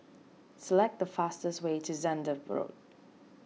select the fastest way to Zehnder Road